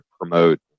promote